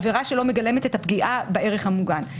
עבירה שלא מגלמת את הפגיעה בערך המוגן.